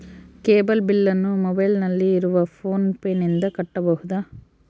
Cable ಬಿಲ್ಲನ್ನು ಮೊಬೈಲಿನಲ್ಲಿ ಇರುವ ಫೋನ್ ಪೇನಿಂದ ಕಟ್ಟಬಹುದಾ?